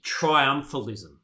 triumphalism